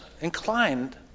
inclined